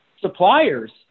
suppliers